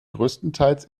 größtenteils